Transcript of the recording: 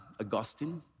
Augustine